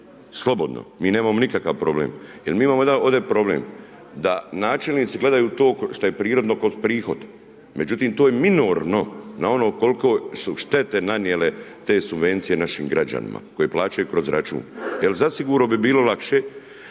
slobodno, mi nemamo nikakav problem. Jer mi imamo jedan ovdje problem da načelnici gledaju to što je prirodno kroz prihod. Međutim, to je minorno na ono koliko su štete nanijele te subvencije našim građanima koje plaćaju kroz račun. Jer zasigurno bi bilo lakše